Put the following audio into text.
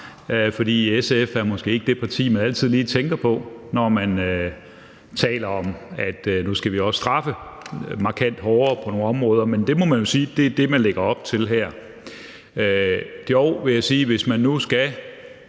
For SF er måske ikke det parti, man altid lige tænker på, når man taler om, at nu skal man også straffe markant hårdere på nogle områder, men det må man jo sige er det der lægges op til her. Dog vil jeg sige, hvis vi nu skal